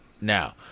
now